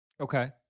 Okay